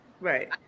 Right